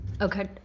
okay